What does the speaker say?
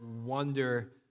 wonder